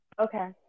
Okay